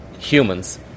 humans